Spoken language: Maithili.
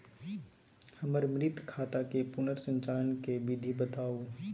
हमर मृत खाता के पुनर संचालन के विधी बताउ?